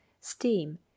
steam